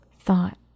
thought